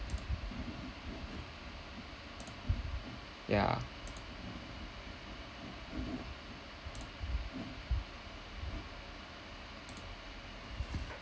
yeah